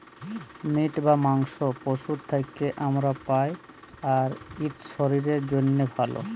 meet বা মাংস পশুর থ্যাকে আমরা পাই, আর ইট শরীরের জ্যনহে ভাল